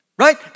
Right